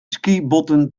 skibotten